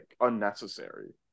unnecessary